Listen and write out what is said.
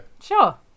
Sure